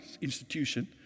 institution